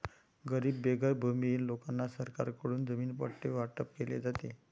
गरीब बेघर भूमिहीन लोकांना सरकारकडून जमीन पट्टे वाटप केले जाते